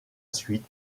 suite